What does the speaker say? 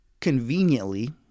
conveniently